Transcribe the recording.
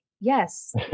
yes